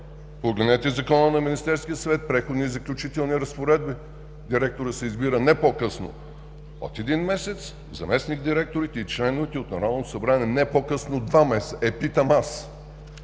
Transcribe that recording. Погледнете Закона на Министерския съвет, Преходни и заключителни разпоредби. Директорът се избира не по-късно от един месец, заместник-директорите и членовете от Народното събрание не по-късно от два месеца, президента